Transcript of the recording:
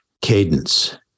cadence